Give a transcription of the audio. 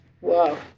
Wow